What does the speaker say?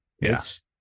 Yes